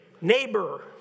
neighbor